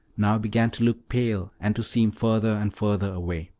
now began to look pale, and to seem further and further away.